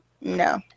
No